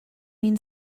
mean